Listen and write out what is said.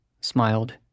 smiled